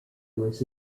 was